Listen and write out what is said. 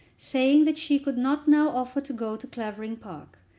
saying that she could not now offer to go to clavering park,